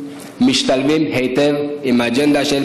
משתלבים היטב עם האג'נדה שלה,